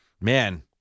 man